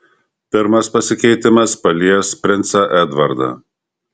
pirmas pasikeitimas palies princą edvardą